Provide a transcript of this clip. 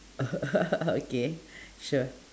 okay sure